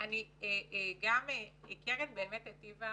קרן היטיבה